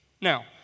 Now